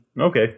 Okay